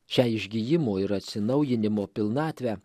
šią išgijimo ir atsinaujinimo pilnatvę